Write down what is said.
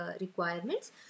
requirements